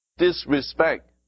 disrespect